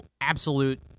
absolute